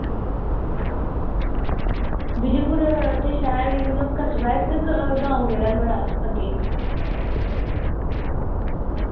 बिजयपुर ते शैह्र मतलब कस्बा ऐ इक ते गाओं केह्ड़ा ऐ थुआढ़ा अग्गे